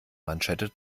manschette